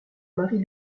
marie